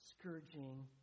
scourging